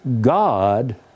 God